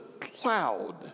cloud